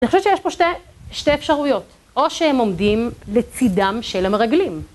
אני חושבת שיש פה שתי אפשרויות, או שהם עומדים לצידם של המרגלים.